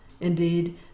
Indeed